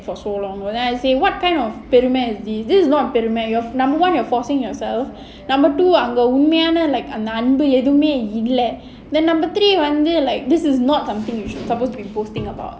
for so long then I say what kind of பெருமை:perumai is this this is not நமக்கு உண்மையான அன்பு எதுமே இல்ல:namakku unmayana anbu edhumae illa your number one you are forcing yourself number two வந்து:vandhu like நமக்கு:namakku then number three நம்ம:namma like this is not something you should suppose to be boasting about